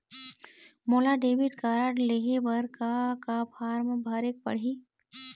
मोला debit card लेहे बर का का फार्म भरेक पड़ही?